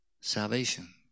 salvation